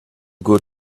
good